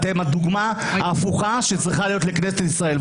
אתם הדוגמה ההפוכה שצריכה להיות לכנסת ישראל.